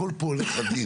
הכול פה הולך עדין.